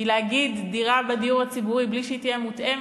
כי להגיד דירה בדיור הציבורי בלי שהיא תהיה מותאמת,